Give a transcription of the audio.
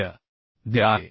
मूल्य दिले आहे